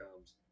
comes